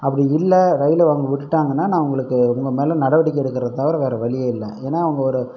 அப்படி இல்லை ரயிலை அவங்க விட்டுட்டாங்கன்னா நான் உங்களுக்கு உங்கள் மேலே நடவடிக்கை எடுக்கிறத தவிர வேறே வழியே இல்லை ஏன்னால் அவங்க ஒரு